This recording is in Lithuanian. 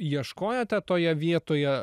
ieškojote toje vietoje